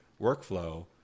workflow